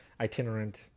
itinerant